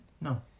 No